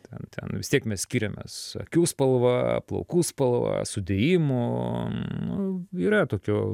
ten ten vis tiek mes skiriamės akių spalva plaukų spalva sudėjimu yra tokio